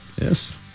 Yes